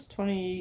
Twenty